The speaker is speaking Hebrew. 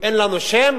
אין לנו שם?